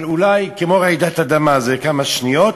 אבל אולי כמו רעידת אדמה, זה כמה שניות